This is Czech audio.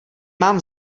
mám